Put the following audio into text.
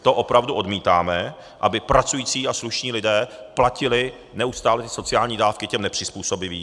To opravdu odmítáme, aby pracující a slušní lidé platili neustále sociální dávky těm nepřizpůsobivým.